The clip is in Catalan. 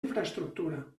infraestructura